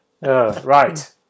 Right